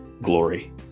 Glory